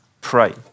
pray